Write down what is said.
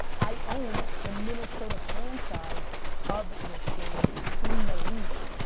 i own the minnesota franchise of this game in the league.